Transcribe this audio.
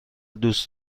دوست